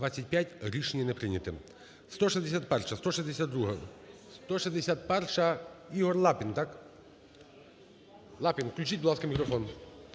Рішення не прийнято.